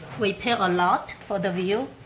we pay a lot for the view,